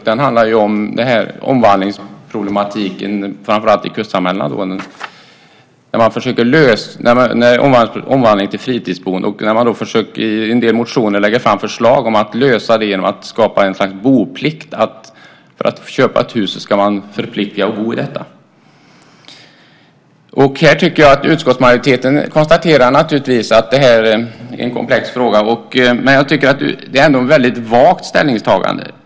Den handlar om problemen med omvandling till fritidsboende i framför allt kustsamhällen. I en del motioner har förslag lagts fram om att lösa problemen genom att skapa ett slags boplikt. För att få köpa ett hus ska man förplikta sig att bo i det. Utskottsmajoriteten konstaterar att det är en komplex fråga. Men det är ett vagt ställningstagande.